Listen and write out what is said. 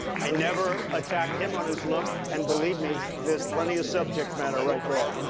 i never attacked him on his look. and believe me, there's plenty of subject matter right there.